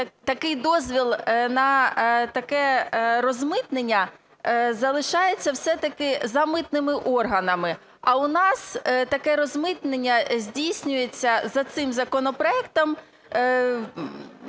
такий дозвіл на таке розмитнення залишається все-таки за митними органами. А у нас таке розмитнення здійснюється, за цим законопроектом,